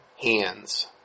hands